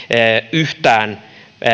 yhtään